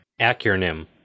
Acronym